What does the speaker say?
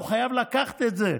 הוא חייב לקחת את זה,